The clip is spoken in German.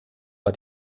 war